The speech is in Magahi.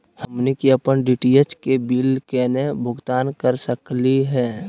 हमनी के अपन डी.टी.एच के बिल केना भुगतान कर सकली हे?